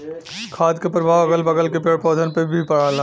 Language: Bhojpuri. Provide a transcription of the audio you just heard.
खाद क परभाव अगल बगल के पेड़ पौधन पे भी पड़ला